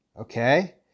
Okay